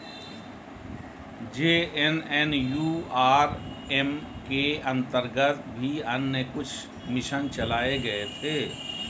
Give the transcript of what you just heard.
JNNURM के अंतर्गत भी अन्य कुछ मिशन चलाए गए थे